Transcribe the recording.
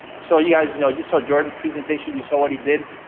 so you guys know you saw jordans presentation you saw what he did.